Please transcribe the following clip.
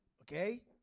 Okay